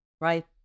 right